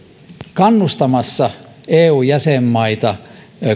kannustamassa eu jäsenmaita